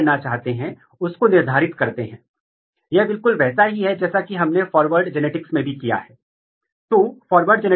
यदि यह मामला है तो आप कह सकते हैं कि ये दोनों स्वतंत्र उत्परिवर्तन वहां उत्परिवर्तन साइट एक ही जीन मे है